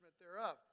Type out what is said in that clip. thereof